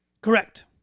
Correct